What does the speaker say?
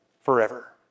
forever